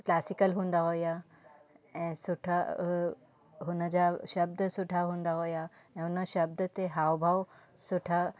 classical हूंदा हुया ऐं सुठा हुन जा शब्द सुठा हूंदा हुया ऐं उन शब्द ते हाव भाव सुठा